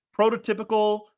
prototypical